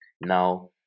Now